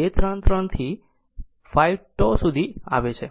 જો 2 3 3 to સુધી 5 τ સુધી જાય તો આવે છે